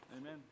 Amen